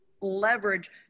leverage